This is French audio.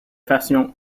façon